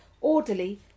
Orderly